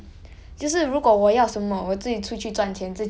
这样而已 but then um